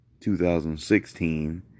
2016